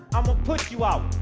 i'mma put you out.